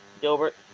Gilbert